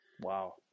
wow